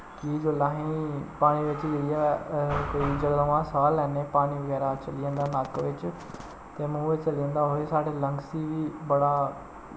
कि जेल्लै असेंगी पानी बिच्च जाइयै कोई जकदम अस साह् लैन्ने पानी बगैरा चली जंदा नक्क बिच्च ते मूंह् बिच्च चली जंदा ओह् ही साढ़े लंग्स गी बी बड़ा